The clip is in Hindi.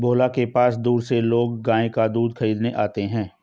भोला के पास दूर से लोग गाय का दूध खरीदने आते हैं